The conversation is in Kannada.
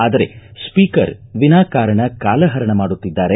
ಆದರೆ ಸ್ಪೀಕರ್ ವಿನಾಕಾರಣ ಕಾಲಹರಣ ಮಾಡುತ್ತಿದ್ದಾರೆ